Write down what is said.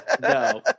no